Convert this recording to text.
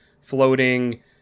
floating